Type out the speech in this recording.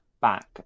back